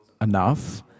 enough